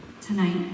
tonight